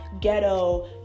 ghetto